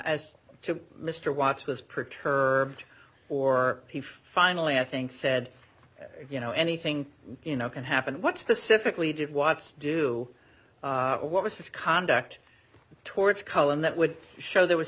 as to mr watts was perturbed or people finally i think said you know anything you know can happen what specifically did watch do or what was his conduct towards cohen that would show there was